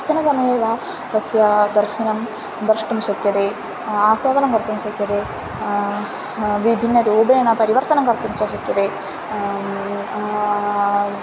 कश्चन समये वा तस्य दर्शनं द्रष्टुं शक्यते आस्वादनं कर्तुं शक्यते विभिन्नरूपेण परिवर्तनं कर्तुं च शक्यते